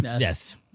Yes